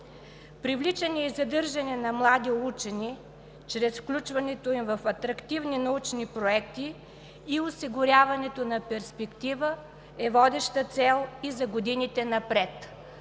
Привличането и задържането на млади учени чрез включването им в атрактивни научни проекти и осигуряването на перспектива е водещата цел за годините напред.